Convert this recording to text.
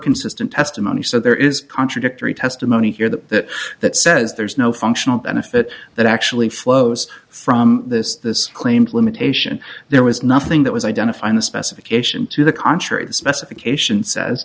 consistent testimony so there is contradictory testimony here that that says there's no functional benefit that actually flows from this this claimed limitation there was nothing that was identifying the specification to the contrary the specification says